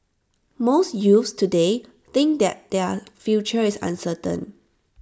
most youths today think their their future is uncertain